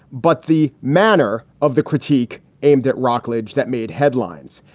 but the manner of the critique aimed at rockledge that made headlines.